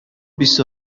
بیست